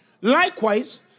Likewise